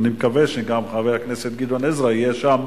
אני מקווה שגם חבר הכנסת גדעון עזרא יהיה שם